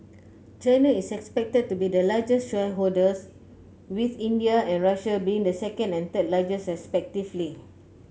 China is expected to be the largest shareholder with India and Russia being the second and third largest respectively